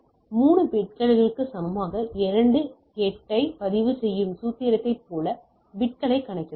3 பிட்களுக்கு சமமாக 2 8 ஐ பதிவு செய்யும் சூத்திரத்தைப் போல பிட்களைக் கணக்கிடலாம்